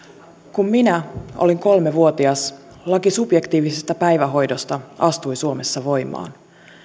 kun minä olin kolmevuotias laki subjektiivisesta päivähoidosta astui suomessa voimaan